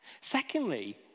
Secondly